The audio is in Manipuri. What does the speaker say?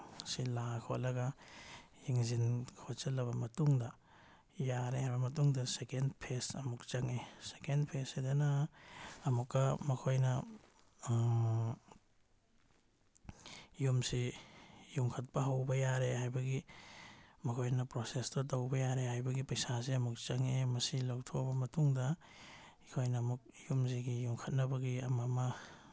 ꯁꯤ ꯂꯥꯛꯑ ꯈꯣꯠꯂꯒ ꯌꯦꯡꯁꯤꯟ ꯈꯣꯠꯆꯤꯜꯂꯕ ꯃꯇꯨꯡꯗ ꯌꯥꯔꯦ ꯍꯥꯏꯕ ꯃꯇꯨꯡꯗ ꯁꯦꯀꯦꯟ ꯐꯦꯁ ꯑꯃꯨꯛ ꯆꯪꯉꯛꯑꯦ ꯁꯦꯀꯦꯟ ꯐꯦꯁꯁꯤꯗꯅ ꯑꯃꯨꯛꯀ ꯃꯈꯣꯏꯅ ꯌꯨꯝꯁꯤ ꯌꯨꯡꯈꯠꯄ ꯍꯧꯕ ꯌꯥꯔꯦ ꯍꯥꯏꯕꯒꯤ ꯃꯈꯣꯏꯅ ꯄ꯭ꯔꯣꯁꯦꯁꯇꯣ ꯇꯧꯕ ꯌꯥꯔꯦ ꯍꯥꯏꯕꯒꯤ ꯄꯩꯁꯥꯁꯦ ꯑꯃꯨꯛ ꯆꯪꯉꯛꯑꯦ ꯃꯁꯤ ꯂꯧꯊꯣꯛꯑꯕ ꯃꯇꯨꯡꯗ ꯑꯩꯈꯣꯏꯅ ꯑꯃꯨꯛ ꯌꯨꯝꯁꯤꯒꯤ ꯌꯨꯡꯈꯠꯅꯕꯒꯤ ꯑꯃ ꯑꯃ